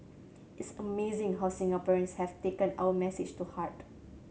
it's amazing how Singaporeans have taken our message to heart